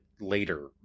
later